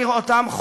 ירושלים,